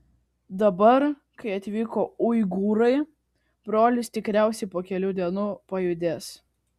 dabar kai atvyko uigūrai brolis tikriausiai po kelių dienų pajudės